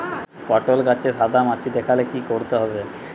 পটলে গাছে সাদা মাছি দেখালে কি করতে হবে?